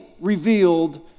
revealed